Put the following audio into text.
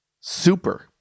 super